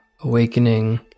awakening